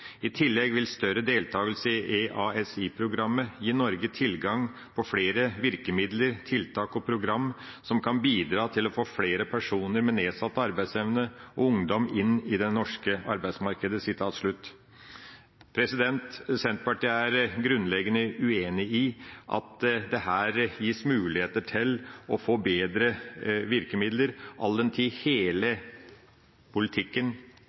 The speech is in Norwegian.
tilgang på fleire verkemiddel, tiltak og program som kan bidra til å få fleire personar med nedsett arbeidsevne og ungdom inn i den norske arbeidsmarknaden.» Senterpartiet er grunnleggende uenig i at det her gis muligheter til å få bedre virkemidler, all den tid hele politikken